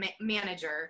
manager